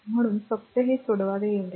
म्हणून फक्त ते सोडवावे एवढेच